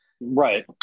right